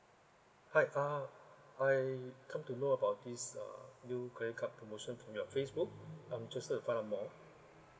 hi uh I come to know about this uh new credit card promotion from your facebook I'm interested to find out more